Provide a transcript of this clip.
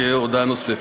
כהודעה נוספת.